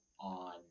on